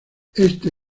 este